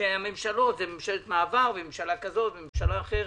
בין ממשלות ממשלה כזאת וממשלה אחרת.